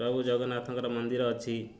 ପ୍ରଭୁ ଜଗନ୍ନାଥଙ୍କର ମନ୍ଦିର ଅଛି